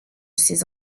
ces